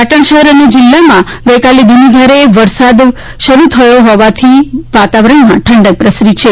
પાટણ શહેર અને જિલ્લામાં ગઈકાલે ધીમી ધારે વરસાદ પડતા શરુ થયો હોવાથી વાતાવરણમાં ઠંડક પ્રસરી છે